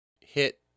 hit